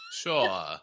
Sure